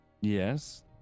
Yes